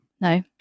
No